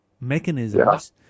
mechanisms